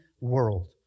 world